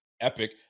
epic